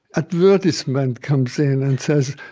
advertisement comes in and says,